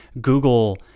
Google